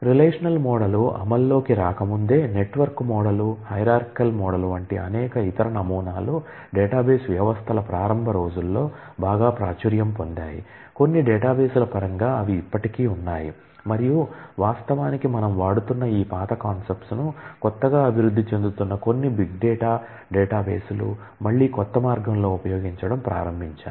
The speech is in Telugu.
రిలేషనల్ మోడల్ డేటాబేస్లు మళ్ళీ కొత్త మార్గంలో ఉపయోగించడం ప్రారంభించాయి